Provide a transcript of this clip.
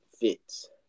fits